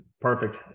perfect